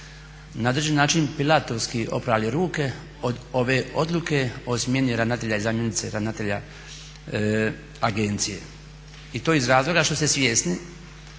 na određen način pilatovski oprali ruke od ove odluke o smjeni ravnatelja i zamjenice ravnatelja agencije i to iz razloga što ste svjesni